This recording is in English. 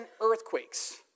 earthquakes